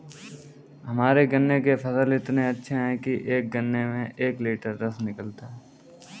हमारे गन्ने के फसल इतने अच्छे हैं कि एक गन्ने से एक लिटर रस निकालता है